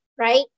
Right